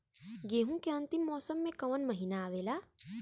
गेहूँ के अंतिम मौसम में कऊन महिना आवेला?